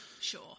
Sure